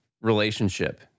relationship